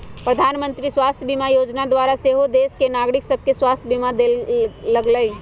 प्रधानमंत्री स्वास्थ्य बीमा जोजना द्वारा सेहो देश के नागरिक सभके स्वास्थ्य बीमा देल गेलइ